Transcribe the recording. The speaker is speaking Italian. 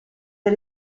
del